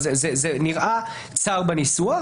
שנראה צר בניסוח.